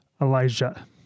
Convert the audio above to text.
Elijah